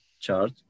chart